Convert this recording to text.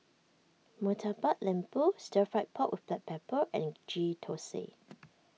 Murtabak Lembu Stir Fried Pork with Black Pepper and Ghee Thosai